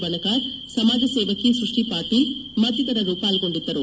ಬಣಕಾರ್ ಸಮಾಜಸೇವಕಿ ಸೃಷ್ಟಿ ಪಾಟೀಲ್ ಮತ್ತಿತರರು ಪಾಲ್ಗೊಂಡಿದ್ದರು